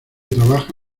trabaja